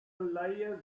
lawyer